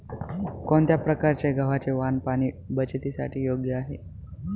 कोणत्या प्रकारचे गव्हाचे वाण पाणी बचतीसाठी योग्य आहे?